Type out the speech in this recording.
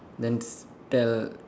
then s~ tell